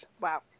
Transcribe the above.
wow